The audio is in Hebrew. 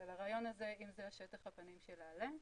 אם זה שטח הפנים של העלה,